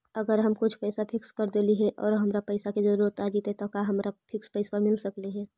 अगर हम कुछ पैसा फिक्स कर देली हे और हमरा पैसा के जरुरत आ जितै त का हमरा फिक्स पैसबा मिल सकले हे?